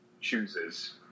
chooses